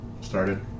started